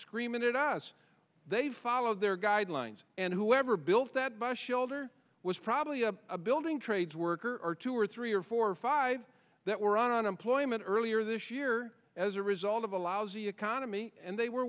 screaming at us they follow their guidelines and whoever built that bus shelter was probably a building trades worker or two or three or four or five that were on unemployment earlier this year as a result of a lousy economy and they were